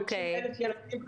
50,000 ילדים,